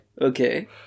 okay